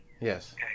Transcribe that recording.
Yes